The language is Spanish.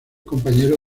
compañero